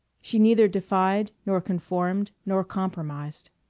she neither defied nor conformed nor compromised.